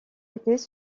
étés